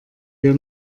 wir